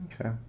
Okay